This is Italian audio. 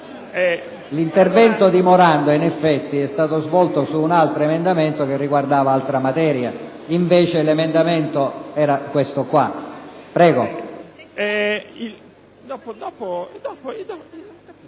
l'intervento del senatore Morando, in effetti, è stato svolto su un altro emendamento che riguardava altra materia. Invece l'emendamento in questione